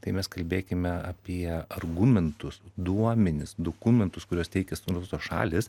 tai mes kalbėkime apie argumentus duomenis dokumentus kuriuos teikia visos šalys